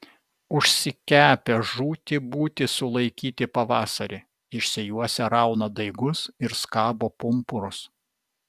užsikepę žūti būti sulaikyti pavasarį išsijuosę rauna daigus ir skabo pumpurus